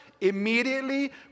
immediately